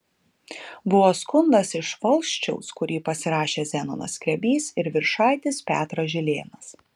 buvo skundas iš valsčiaus kurį pasirašė zenonas skrebys ir viršaitis petras žilėnas